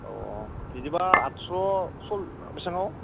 अ अ बिदिबा आदस' बेसेबांआव